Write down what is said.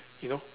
you know